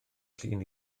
llun